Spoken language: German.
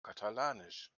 katalanisch